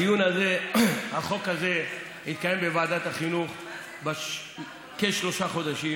הדיון על החוק הזה התקיים בוועדת החינוך כשלושה חודשים.